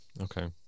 Okay